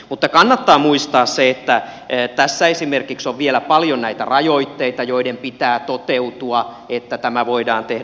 mutta kannattaa muistaa se että tässä esimerkiksi on vielä paljon näitä rajoitteita joiden pitää toteutua että tämä voidaan tehdä